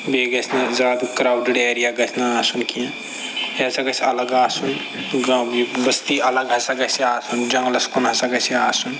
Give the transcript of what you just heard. بیٚیہِ گژھِ نہٕ زیادٕ کرٛاوڈٕڈ ایریا گژھِ نہٕ آسُن کیٚنٛہہ یہِ ہسا گژھِ اَلگ آسُن گامہٕ یہِ بٔستی اَلگ ہسا گژھِ یہِ آسُن جَنٛگلَس کُن ہسا گژھِ یہِ آسُن